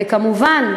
וכמובן,